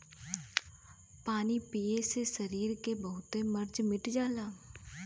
पानी पिए से सरीर के बहुते मर्ज मिट जाला